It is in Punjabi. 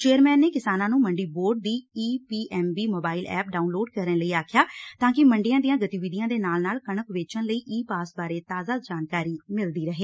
ਚੇਅਰਮੈਨ ਨੇ ਕਿਸਾਨਾਂ ਨੂੰ ਮੰਡੀ ਬੋਰਡ ਦੀ e PMB mobile app download ਕਰਨ ਲਈ ਅਖਿਐ ਤਾਂ ਕਿ ਮੰਡੀਆਂ ਦੀਆਂ ਗਤੀਵਿਧੀਆਂ ਦੇ ਨਾਲ ਨਾਲ ਕਣਕ ਵੇਚਣ ਲਈ ਈ ਪਾਸ ਬਾਰੇ ਤਾਜ਼ਾ ਜਾਣਕਾਰੀ ਮਿਲਦੀ ਰਹੇ